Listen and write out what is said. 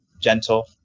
gentle